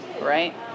right